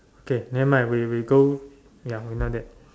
K nevermind we we go ya we know that